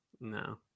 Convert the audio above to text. No